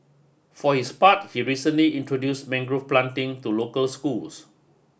for his part he recently introduced mangrove planting to local schools